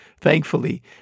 Thankfully